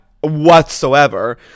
whatsoever